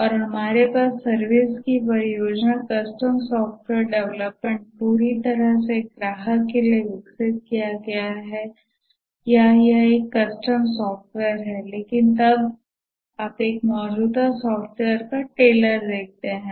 और हमारे पास सर्विस की परियोजना कस्टम सॉफ़्टवेयर डेवलपमेंट पूरी तरह से एक ग्राहक के लिए विकसित किया गया है या यह एक कस्टम सॉफ़्टवेयर है लेकिन तब आप एक मौजूदा सॉफ़्टवेयर का टेलर देखते हैं